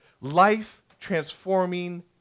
life-transforming